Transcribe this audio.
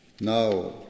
Now